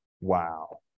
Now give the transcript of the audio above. Wow